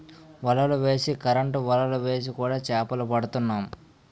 వలలు వేసి కరెంటు వలలు వేసి కూడా చేపలు పడుతున్నాం